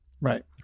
Right